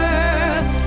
earth